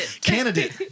candidate